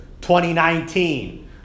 2019